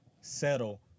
settle